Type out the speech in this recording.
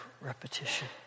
repetition